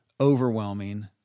overwhelming